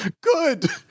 Good